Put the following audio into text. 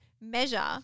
measure